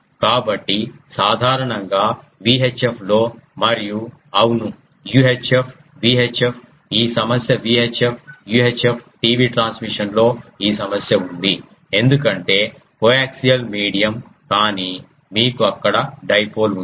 కాబట్టి సాధారణంగా VHF లో మరియు అవును UHF VHF ఈ సమస్య VHF UHF TV ట్రాన్స్మిషన్ లో ఈ సమస్య ఉంది ఎందుకంటే కోయాక్సియల్ మీడియం కానీ మీకు అక్కడ డైపోల్ ఉంది